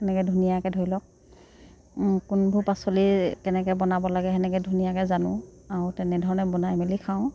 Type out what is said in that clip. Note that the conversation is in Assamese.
এনেকৈ ধুনীয়াকৈ ধৰি লওক কোনবোৰ পাচলি কেনেকৈ বনাব লাগে তেনেকৈ ধুনীয়াকৈ জানো আৰু তেনেধৰণে বনাই মেলি খাওঁ